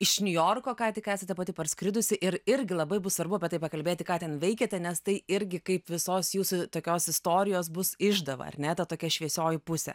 iš niujorko ką tik esate pati parskridusi ir irgi labai bus svarbu apie tai pakalbėti ką ten veikiate nes tai irgi kaip visos jūsų tokios istorijos bus išdava ar ne ta tokia šviesioji pusė